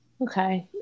Okay